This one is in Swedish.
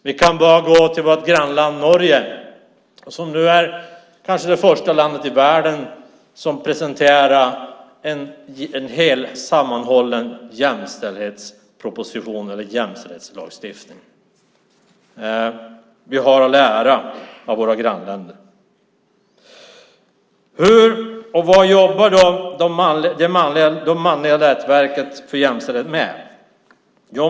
Det räcker med att se på vårt grannland Norge, som nu är kanske det första landet i världen med att presentera en hel, sammanhållen jämställdhetslagstiftning. Vi har att lära av våra grannländer. Vad jobbar då det manliga nätverket för jämställdhet med?